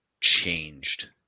changed